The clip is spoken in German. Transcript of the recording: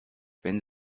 wenn